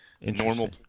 Normal